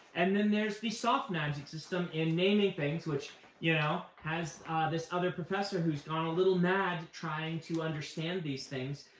and then there's the soft magic system in naming things, which you know has this other professor who's gone a little mad trying to understand these things,